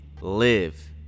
live